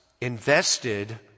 invested